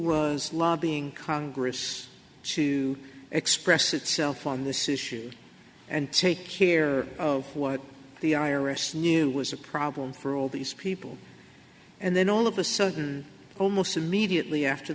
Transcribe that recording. was lobbying congress to express itself on this issue and take care of what the i r s knew was a problem for all these people and then all of a sudden almost immediately after